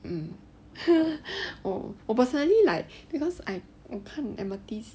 um oh 我 personally like because I oh 我看 amethyst